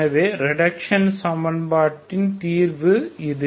எனவே ரிடக்ஷன் சமன்பாட்டிற்கான தீர்வு இது